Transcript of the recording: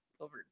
over